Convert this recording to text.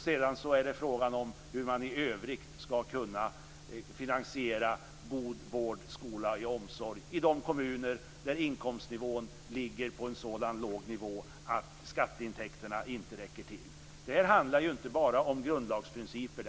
Sedan är det fråga om hur man i övrigt skall kunna finansiera god vård, skola och omsorg i de kommuner där inkomstnivån ligger på en sådan låg nivå att skatteintäkterna inte räcker till. Detta handlar ju inte bara om grundlagsprinciper.